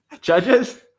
Judges